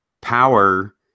power